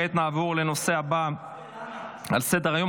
כעת לנושא הבא על סדר-היום,